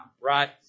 right